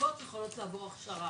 ותיקות יכולות לעבור הכשרה.